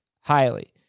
highly